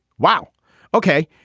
wow ok.